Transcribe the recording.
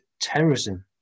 terrorism